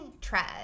Tread